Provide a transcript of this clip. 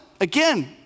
Again